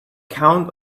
count